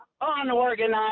unorganized